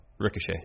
Ricochet